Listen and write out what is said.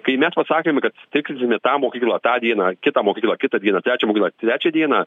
kai mes pasakėm kad sutikrinsime tą mokyklą tą dieną kitą mokyklą kitą dieną trečią mokyklą trečią dieną